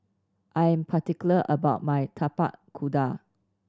I'm particular about my Tapak Kuda